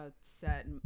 set